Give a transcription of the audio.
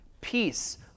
peace